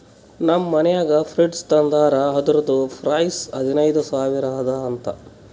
ನಮ್ ಮನ್ಯಾಗ ಫ್ರಿಡ್ಜ್ ತಂದಾರ್ ಅದುರ್ದು ಪ್ರೈಸ್ ಹದಿನೈದು ಸಾವಿರ ಅದ ಅಂತ